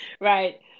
right